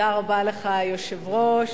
אדוני היושב-ראש,